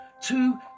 two